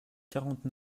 quarante